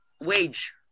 Wage